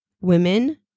women